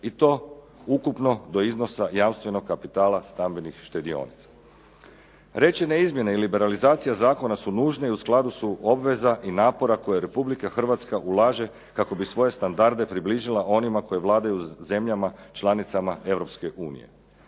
i to ukupno do iznosa jamstvenog kapitala stambenih štedionica. Riječi … /Govornik se ne razumije./… i liberalizacija zakona su nužne i u skladu su obveza i napora koje Republika Hrvatska ulaže kako bi svoje standarde približila onima koji vladaju zemljama članicama